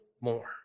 more